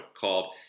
called